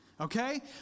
Okay